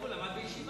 טוב, הוא למד בישיבה.